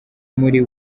muri